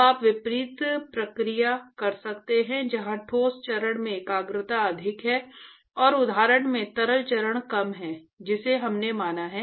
अब आप विपरीत प्रक्रिया कर सकते हैं जहां ठोस चरण में एकाग्रता अधिक है और उदाहरण में तरल चरण कम है जिसे हमने माना है